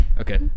Okay